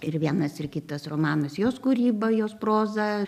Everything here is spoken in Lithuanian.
ir vienas ir kitas romanas jos kūryba jos proza